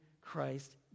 Christ